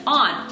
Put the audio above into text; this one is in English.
on